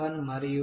1 మరియు 0